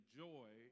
joy